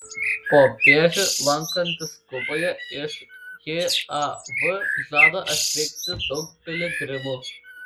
popiežiui lankantis kuboje iš jav žada atvykti daug piligrimų